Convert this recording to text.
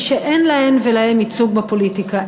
מי שאין להם ולהן ייצוג בפוליטיקה,